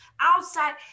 Outside